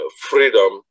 freedom